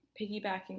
Piggybacking